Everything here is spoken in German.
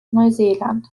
neuseeland